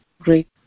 great